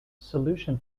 solution